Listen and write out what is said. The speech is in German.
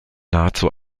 nahezu